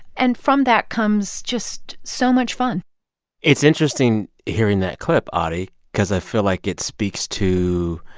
and from that comes just so much fun it's interesting hearing that clip, audie, because i feel like it speaks to